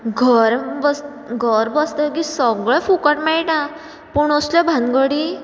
घर बसत घर बसतगीर सगळें फुकट मेळटा पूण असल्यो भानगडी